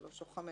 שלוש או חמש